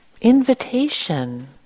invitation